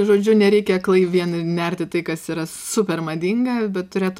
žodžiu nereikia aklai vien inerti į tai kas yra super madinga bet turėt